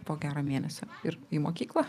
po gero mėnesio ir į mokyklą